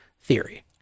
theory